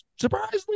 surprisingly